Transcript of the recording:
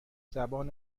زبان